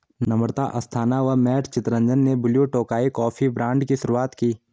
नम्रता अस्थाना व मैट चितरंजन ने blue Tokai coffee brand की शुरुआत की